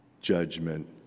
judgment